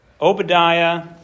Obadiah